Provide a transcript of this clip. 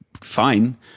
fine